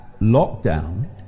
lockdown